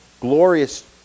glorious